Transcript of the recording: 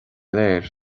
léir